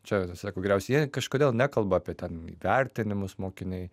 čia sako geriausia jie kažkodėl nekalba apie ten įvertinimus mokiniai